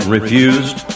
refused